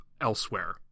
elsewhere